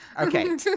Okay